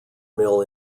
mill